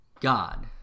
God